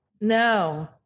No